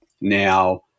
Now